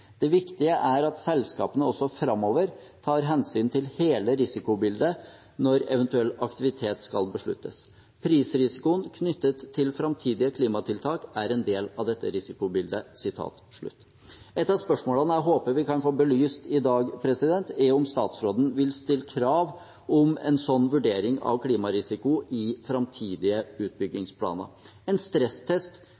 Det viktige er at selskapene også fremover tar hensyn til hele risikobildet når ev. aktivitet skal besluttes. Prisrisikoen knyttet til fremtidige klimatiltak er en del av dette risikobildet.» Et av spørsmålene jeg håper vi kan få belyst i dag, er om statsråden vil stille krav om en slik vurdering av klimarisiko i framtidige